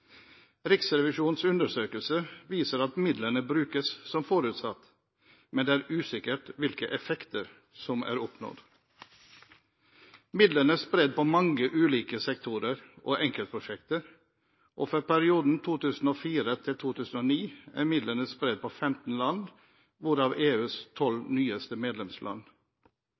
Riksrevisjonens undersøkelse viser at midlene brukes som forutsatt, men det er usikkert hvilke effekter som er oppnådd. Midlene er spredd på mange ulike sektorer og enkeltprosjekter, og for perioden 2004–2009 er midlene spredd på 15 land – herav EUs 12 nyeste medlemsland.